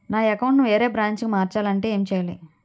నా అకౌంట్ ను వేరే బ్రాంచ్ కి మార్చాలి అంటే ఎం చేయాలి?